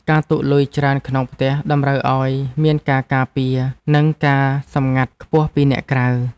ការទុកលុយច្រើនក្នុងផ្ទះ តម្រូវឱ្យមានការការពារ និងការសម្ងាត់ខ្ពស់ពីអ្នកក្រៅ។